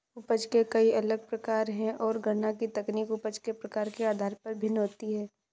उपज के कई अलग प्रकार है, और गणना की तकनीक उपज के प्रकार के आधार पर भिन्न होती है